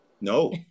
No